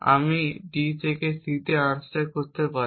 আমি D থেকে C unstack করতে পারি